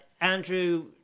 Andrew